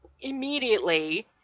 immediately